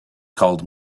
called